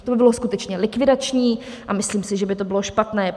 To by bylo skutečně likvidační a myslím si, že by to bylo špatné.